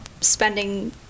spending